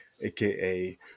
aka